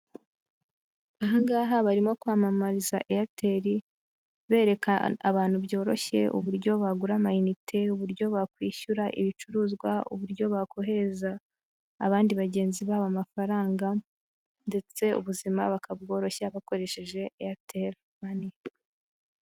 Aha ngaha barimo kwamamariza airtel, bereka abantu byoroshye: uburyo bagura amayinite, uburyo bakwishyura ibicuruzwa, uburyo bakohereza abandi bagenzi babo amafaranga, ndetse ubuzima bakabworoshya bakoresheje airtel money.